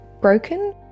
broken